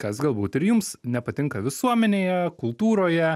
kas galbūt ir jums nepatinka visuomenėje kultūroje